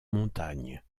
montagne